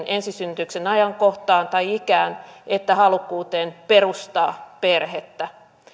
ensisynnytyksen ajankohtaan tai ikään ja halukkuuteen perustaa perhettä